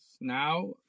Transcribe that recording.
Now